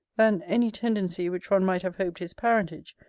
than any tendency which one might have hoped his parentage,